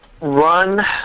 run